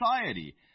society